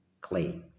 clay